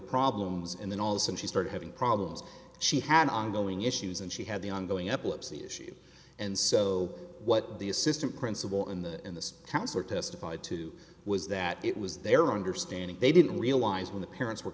problems and then also she started having problems she had ongoing issues and she had the ongoing epilepsy issue and so what the assistant principal in the counselor testified to was that it was their understanding they didn't realize when the parents were